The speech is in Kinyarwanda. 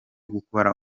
gukora